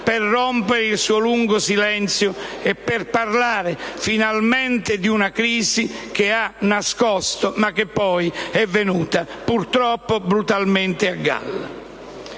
per rompere il suo lungo silenzio e per parlare finalmente di una crisi che ha nascosto, ma che poi è venuta purtroppo brutalmente a galla.